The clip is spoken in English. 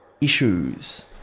issues